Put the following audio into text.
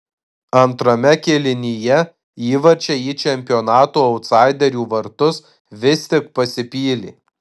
antrame kėlinyje įvarčiai į čempionato autsaiderių vartus vis tik pasipylė